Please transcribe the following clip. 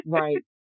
right